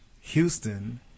Houston